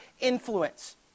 Influence